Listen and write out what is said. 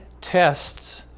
tests